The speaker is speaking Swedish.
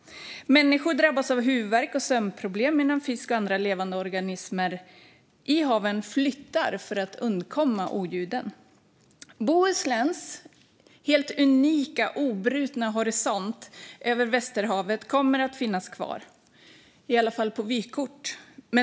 Människor drabbas av huvudvärk och sömnproblem, medan fisk och andra levande organismer i haven flyttar för att undkomma oljuden. Bohusläns helt unika obrutna horisont över Västerhavet kommer att finnas kvar, i alla fall på vykort.